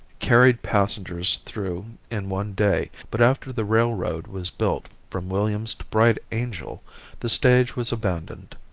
carried passengers through in one day, but after the railroad was built from williams to bright angel the stage was abandoned.